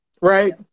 right